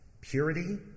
purity